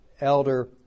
elder